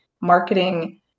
marketing